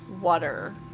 water